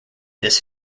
this